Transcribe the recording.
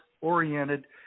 oriented